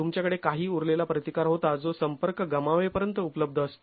तुमच्याकडे काही उरलेला प्रतिकार होता जो संपर्क गमावेपर्यंत उपलब्ध असतो